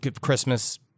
Christmas